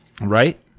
right